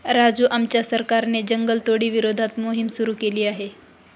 राजू आमच्या सरकारने जंगलतोडी विरोधात मोहिम सुरू केली आहे